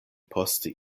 poste